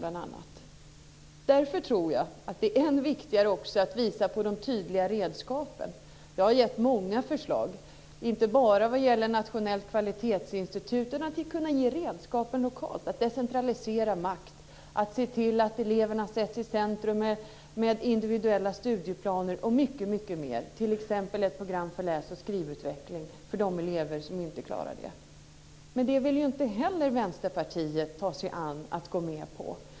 Jag tror också att det är viktigt att anvisa tydliga redskap. Jag har framfört många förslag, inte bara om ett nationellt kvalitetsinstitut. Vi ska anvisa redskap lokalt för en decentraliserad makt. Eleverna ska sättas i centrum med individuella studieplaner och mycket annat, t.ex. genom ett program för läs och skrivutveckling för de elever som inte klarar den själv. Inte heller det här vill Vänsterpartiet gå med på.